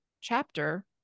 chapter